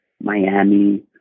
Miami